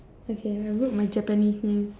okay I wrote my japanese name